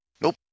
Nope